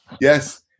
Yes